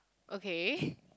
okay